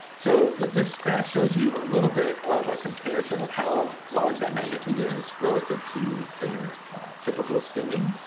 so this graph shows you a little bit of a comparison of how large that magnitude is relative to their typical spending.